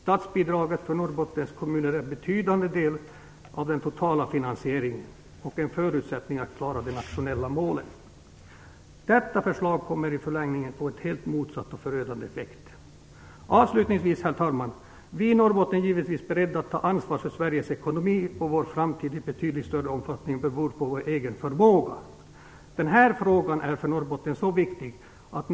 Statsbidraget till Norrbottens kommuner är en betydande del av den totala finansieringen och en förutsättning för att klara de nationella målen. Detta förslag kommer i förlängningen att få en helt motsatt och förödande effekt. Herr talman! Avslutningsvis vill jag säga att vi i Norrbotten givetvis är beredda att ta ansvar för Sveriges ekonomi och för att vår framtid i betydligt större omfattning skall bero på vår egen förmåga. Den här frågan är viktig för Norrbotten.